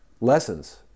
lessons